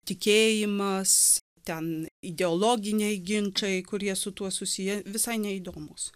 tikėjimas ten ideologiniai ginčai kurie su tuo susiję visai neįdomūs